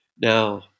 Now